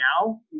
now